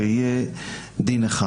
שיהיה דין אחד.